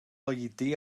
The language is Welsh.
oedi